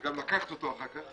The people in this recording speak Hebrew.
וגם לקחת אותו אחר כך